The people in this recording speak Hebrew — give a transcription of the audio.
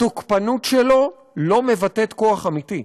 התוקפנות שלו לא מבטאת כוח אמיתי,